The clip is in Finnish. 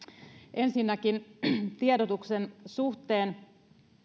ensinnäkin tiedotuksen suhteen